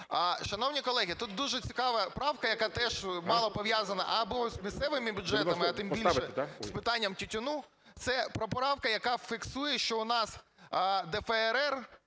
Шановні колеги, тут дуже цікава правка, яка теж мало пов'язана або з місцевими бюджетами, а тим більше з питанням тютюну. Це поправка, яка фіксує, що у нас ДФРР